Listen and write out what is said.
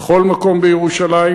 בכל מקום בירושלים.